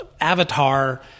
avatar